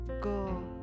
go